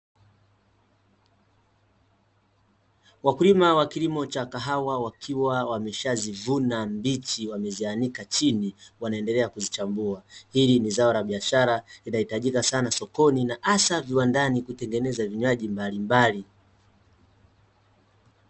Wakulima wa kilimo cha kahawa wakiwa wameshazivuna mbichi wamezianika chini wanaendelea kuzichambua. Ili ni zao la biashara linahitajika sana sokoni na hasa viwandani kutengeneza vinywaji mbalimbali.